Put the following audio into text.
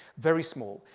very small,